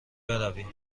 بریم